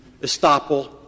estoppel